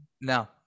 No